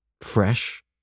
fresh